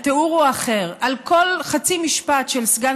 התיאור הוא אחר: על כל חצי משפט של סגן